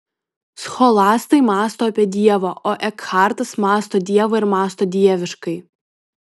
scholastai mąsto apie dievą o ekhartas mąsto dievą ir mąsto dieviškai